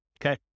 Okay